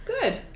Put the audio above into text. Good